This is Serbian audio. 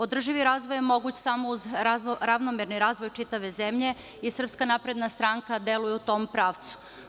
Održivi razvoj je moguć samo uz ravnomerni razvoj čitave zemlje, i SNS deluje u tom pravcu.